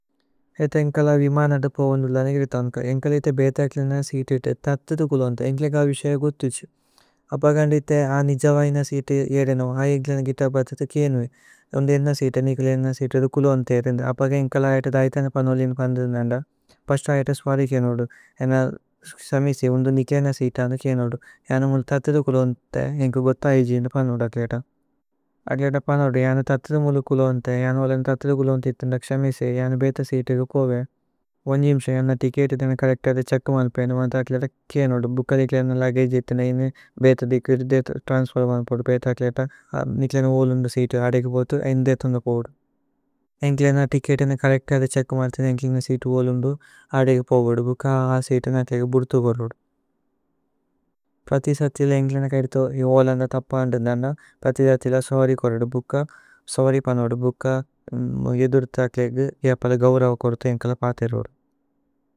ഏത ഏന്കല വിമനദ പോവന്ദുല നേഗിരിഥോന്ക। ഏന്കല ഇഥേ ബേഥ ഏക്ലേന സീതി ഇതേ തഥിദു। കുലോന്തു ഏന്കല ഗ വിശയ ഗുഥുഛു അപഗന്ദ। ഇഥേ അ നിജവയ്ന സീതി ഏദനോ ഹൈ ഏന്ക്ലന। ഗിതബഥുത കിഏനുഏ ഓന്ദി ഏന്ന സീതി നികല। ഏന്ന സീതി തഥിദു കുലോന്തു ഏരിന്ദു അപഗന്ദ। ഏന്കല അഏത ദൈഥന പനുവലേന പനുദനന്ദ। പസ്തു അഏത സ്വരി കിഏനോദു ഏന ക്ശമിസി ഓന്ദു। നികേന സീതി അന്ദു കിഏനോദു ഏഅന മുലു തഥിദു। കുലോന്തു ഏഅന്കു ഗുഥു ഇഗ് ഇന്ന പനുവല അകിലേത। അകിലേത പനുദു ഏഅന തഥിദു മുലു കുലോന്തു ഏഅന। മുലു തഥിദു കുലോന്തു ഇഥേ ക്ശമിസി ഏഅന ബേഥ। സീതി ഏക പോവേ ഓനേജിമ്സേ ഏഅന തികേത ഇഥേ ഏഅന। കരക്ത ഇഥേ ഛ്ഹക്ക മനുപേന ഏഅന മനുഥ। അകിലേത കിഏനോദു ഭുക്ക നികേല ഏന്ന ലഗഗേ ഇഥേ। ഏഅന ഏന്നു ബേഥ ദികിത ഇഥേ। ത്രന്സ്ഫേര്മനു പോദു। ഭേഥ അകിലേത നികേല ഏന്ന വോലുന്ദു സീതി ആദ। ഏക ബോദു ഏഅന ഇഥേ ഏതന്ദ പോവുദു। ഏന്കല ഏന്ന തികേത ഇഥേ। കരക്ത ഇഥേ।